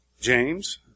James